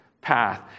path